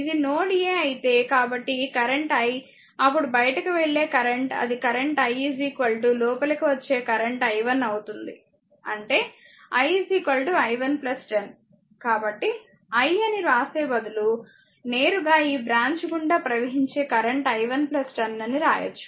ఇది node a అయితే కాబట్టి ఈ కరెంట్ i అప్పుడు బయటకు వెళ్లే కరెంట్ అది కరెంట్ i లోపలికి వచ్చే కరెంట్ i 1 అవుతోంది అంటే i i 1 10 కాబట్టి i అని వ్రాసే బదులు నేరుగా ఈ బ్రాంచ్ గుండా ప్రవహించే కరెంట్ i 1 10 అని రాయవచ్చు